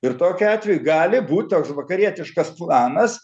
ir tokiu atveju gali būt toks vakarietiškas planas